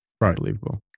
unbelievable